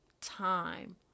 time